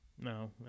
No